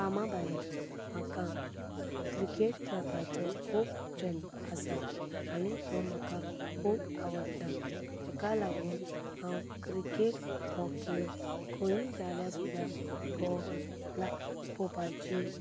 कामां भायर म्हाका क्रिकेट खेळपाचो खूब छंद आसा आनी तो म्हाका खूब आवडटा ताका लागून हांव क्रिकेट हो खेळ खंयी जाल्यार सुद्दा तो ला पोवपाची